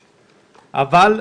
אבל,